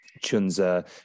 Chunza